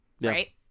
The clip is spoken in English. Right